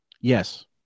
Yes